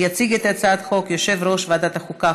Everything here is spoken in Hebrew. יציג את הצעת החוק יושב-ראש ועדת החוקה,